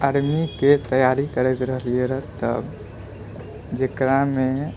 आर्मीके तैयारी करैत रहलियै रहै तऽ जकरामे